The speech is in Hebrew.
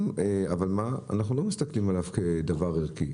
אבל מה, אנחנו לא מסתכלים עליו כעל דבר ערכי,